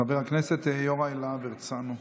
חבר הכנסת יוראי להב הרצנו.